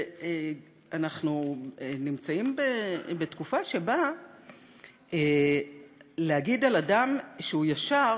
אנחנו נמצאים בתקופה שבה להגיד על אדם שהוא ישר,